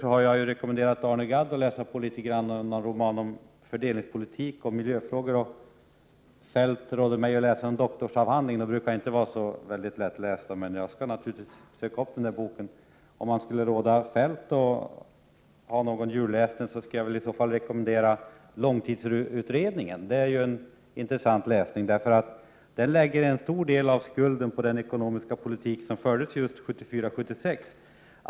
Jag har rekommenderat Arne Gadd att läsa en roman om fördelningspolitik och miljöfrågor. Kjell-Olof Feldt rekommenderade mig att läsa en doktorsavhandling. Sådana brukar inte vara så väldigt lättlästa, men jag skall naturligtvis söka upp boken. Om jag får rekommendera Feldt någon julläsning, skall jag rekommendera långtidsutredningen. Det är intressant läsning, eftersom man 49 där lägger en stor del av skulden på den ekonomiska politik som fördes 1974-1976.